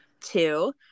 Two